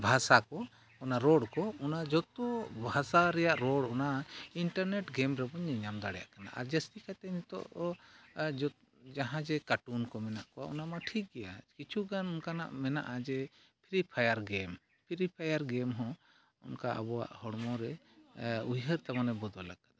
ᱵᱷᱟᱥᱟ ᱠᱚ ᱚᱱᱟ ᱨᱚᱲ ᱠᱚ ᱚᱱᱟ ᱡᱚᱛᱚ ᱵᱷᱟᱥᱟ ᱨᱮᱭᱟᱜ ᱨᱚᱲ ᱚᱱᱟ ᱤᱱᱴᱟᱨᱱᱮᱴ ᱜᱮᱢ ᱨᱮᱵᱚᱱ ᱧᱮᱧᱟᱢ ᱫᱟᱲᱮᱭᱟᱜ ᱠᱟᱱᱟ ᱟᱨ ᱡᱟᱹᱥᱛᱤ ᱠᱟᱛᱮ ᱱᱤᱛᱳᱜ ᱡᱚᱛᱚ ᱡᱟᱦᱟᱸ ᱡᱮ ᱠᱟᱴᱩᱱ ᱠᱚ ᱢᱮᱱᱟᱜ ᱠᱚᱣᱟ ᱚᱱᱟᱢᱟ ᱴᱷᱤᱠ ᱜᱮᱭᱟ ᱠᱤᱪᱷᱩᱜᱟᱱ ᱚᱱᱠᱟᱱᱟᱜ ᱢᱮᱱᱟᱜᱼᱟ ᱡᱮ Free Fire game Free Fire game ᱦᱚᱸ ᱚᱱᱠᱟ ᱟᱵᱚᱣᱟᱜ ᱦᱚᱲᱢᱚ ᱨᱮ ᱩᱭᱦᱟᱹᱨ ᱛᱟᱵᱚᱱᱮ ᱵᱚᱫᱚᱞᱟᱠᱟᱫᱟ